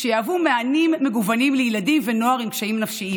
שיהוו מענים מגוונים לילדים ונוער עם קשיים נפשיים,